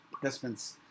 participants